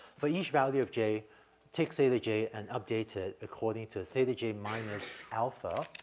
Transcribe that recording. for each value of j takes either j and update it according to theta j minus alpha.